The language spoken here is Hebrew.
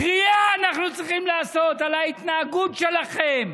קריעה אנחנו צריכים לעשות על ההתנהגות שלכם.